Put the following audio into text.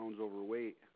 overweight